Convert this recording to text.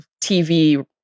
TV